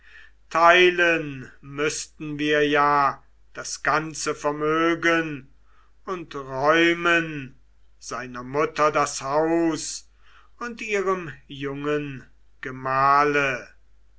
teilen müßten wir ja das ganze vermögen und räumen seiner mutter das haus und ihrem jungen gemahle